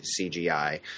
CGI